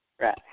Right